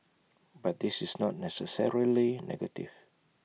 but this is not necessarily negative